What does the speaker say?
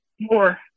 more